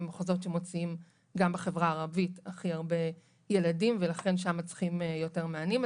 הם המחוזות שמוציאים הכי הרבה ילדים ולכן שם צריכים יותר מענים.